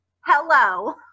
hello